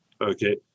Okay